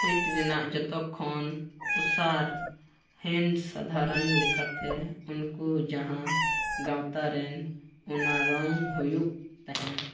seat ᱨᱮᱱᱟᱜ ᱡᱚᱛᱚᱠᱷᱚᱱ ᱚᱥᱟᱨ ᱦᱮᱱᱥ ᱥᱟᱫᱷᱟᱨᱚᱱ ᱞᱮᱠᱟᱛᱮ ᱩᱱᱠᱩ ᱡᱟᱦᱟᱸ ᱜᱟᱶᱛᱟ ᱨᱮᱱ ᱚᱱᱟ ᱨᱚᱝ ᱦᱩᱭᱩᱜ ᱛᱟᱦᱮᱱᱟ